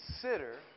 consider